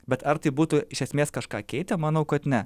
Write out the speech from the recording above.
bet ar tai būtų iš esmės kažką keitę manau kad ne